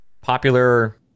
popular